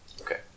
Okay